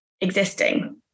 existing